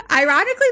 Ironically